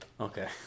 okay